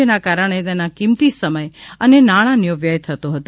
જેના કારણે તેના કિંમતી સમય અને નાણાનો વ્યય થતો હતો